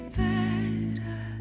better